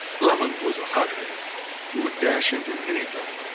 grummond was a hot head who would dash into any battle.